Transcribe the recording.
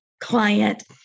client